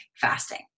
fasting